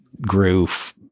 Groove